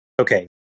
Okay